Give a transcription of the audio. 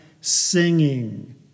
singing